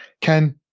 Ken